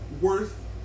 worth